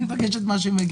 אני מבקש את מה שמגיע.